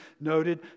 noted